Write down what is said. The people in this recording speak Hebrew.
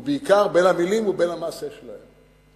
ובעיקר, בין המלים ובין המעשה שלהן.